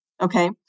Okay